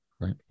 right